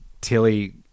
Tilly